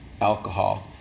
alcohol